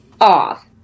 off